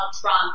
Trump